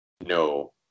No